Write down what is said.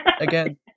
again